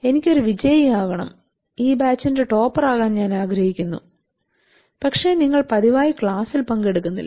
എനിക്ക് ഒരു വിജയിയാകണം ഈ ബാച്ചിന്റെ ടോപ്പറാകാൻ ഞാൻ ആഗ്രഹിക്കുന്നു പക്ഷേ നിങ്ങൾ പതിവായി ക്ലാസിൽ പങ്കെടുക്കുന്നില്ല